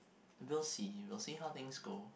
we'll see we'll see how things go